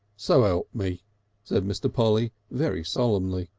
so i mean said mr. polly very solemnly.